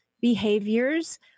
behaviors